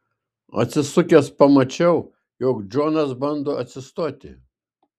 atsisukęs pamačiau jog džonas bando atsistoti